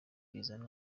bizana